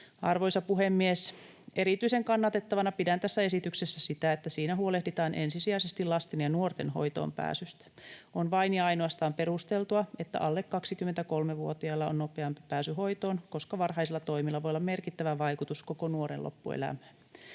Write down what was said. Arvoisa puhemies! Erityisen kannatettavana pidän tässä esityksessä sitä, että siinä huolehditaan ensisijaisesti lasten ja nuorten hoitoonpääsystä. On vain ja ainoastaan perusteltua, että alle 23-vuotiaalla on nopeampi pääsy hoitoon, koska varhaisilla toimilla voi olla merkittävä vaikutus koko nuoren loppuelämään.